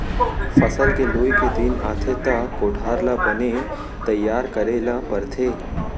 फसल के लूए के दिन आथे त कोठार ल बने तइयार करे ल परथे